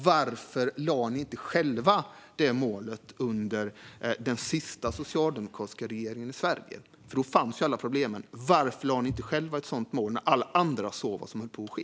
Varför satte ni inte själva det målet under den senaste socialdemokratiska regeringen i Sverige? Då fanns alla problemen. Varför satte ni inte själva ett sådant mål, när alla andra såg vad som höll på att ske?